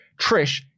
trish